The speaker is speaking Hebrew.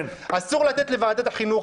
אסור לתת לוועדת החינוך,